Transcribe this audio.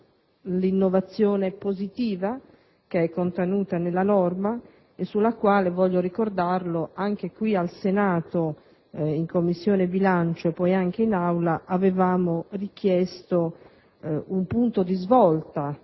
dall'innovazione positiva contenuta nella norma sulla quale (voglio ricordarlo) anche qui al Senato, prima in Commissione bilancio e poi qui in Aula, avevamo richiesto una svolta